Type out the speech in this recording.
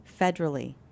federally